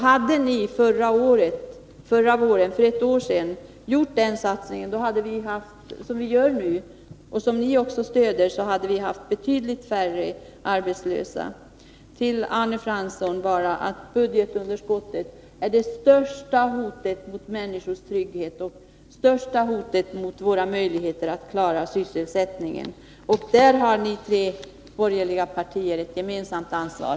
Hade ni för ett år sedan gjort den satsning som vi nu gör, och som ni också stöder, hade vi haft betydligt färre arbetslösa. Till Arne Fransson vill jag bara säga, att budgetunderskottet är det största hotet mot människors trygghet och mot våra möjligheter att klara sysselsättningen. Där har ni tre borgerliga partier ett gemensamt ansvar.